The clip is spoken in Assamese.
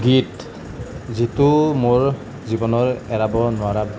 গীত যিটো মোৰ জীৱনৰ এৰাব নোৱাৰা